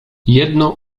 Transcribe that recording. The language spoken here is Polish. jedno